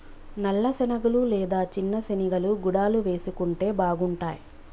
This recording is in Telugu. నల్ల శనగలు లేదా చిన్న శెనిగలు గుడాలు వేసుకుంటే బాగుంటాయ్